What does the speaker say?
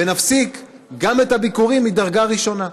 ונפסיק גם את הביקורים של קרובים מדרגה ראשונה?